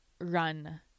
run